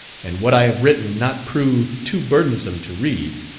and what i have written not prove too burdensome to read,